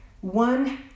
One